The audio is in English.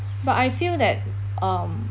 but I feel that um